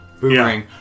Boomerang